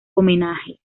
homenaje